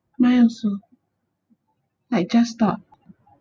mine also I just stop